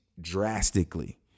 drastically